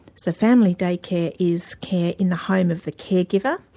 so family day care is care in the home of the caregiver,